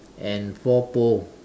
and four pole